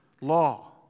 law